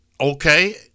okay